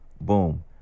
boom